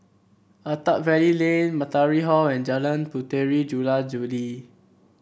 Attap Valley Lane Matahari Hall and Jalan Puteri Jula Juli